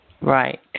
Right